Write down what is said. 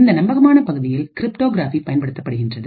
இந்த நம்பகமான பகுதியில் கிரிப்டோகிரபி பயன்படுத்தப்படுகின்றது